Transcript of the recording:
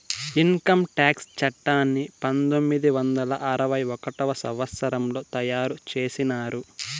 income tax చట్టాన్ని పంతొమ్మిది వందల అరవై ఒకటవ సంవచ్చరంలో తయారు చేసినారు